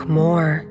more